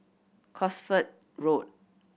Cosford Road